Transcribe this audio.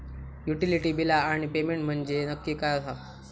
Utility बिला आणि payment म्हंजे नक्की काय आसा?